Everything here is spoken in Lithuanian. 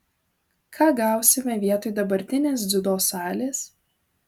ką gausime vietoj dabartinės dziudo salės